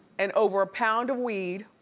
and over a pound of weed,